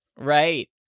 right